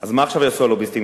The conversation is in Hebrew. אז מה עכשיו יעשו הלוביסטים,